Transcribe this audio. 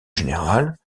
général